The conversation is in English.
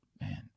man